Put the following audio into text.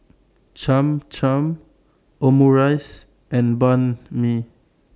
Cham Cham Omurice and Banh MI